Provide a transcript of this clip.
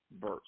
verse